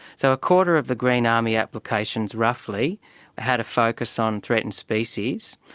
so a quarter of the green army applications roughly had a focus on threatened species.